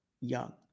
young